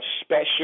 special